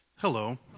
Hello